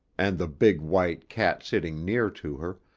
and the big white cat sitting near to her,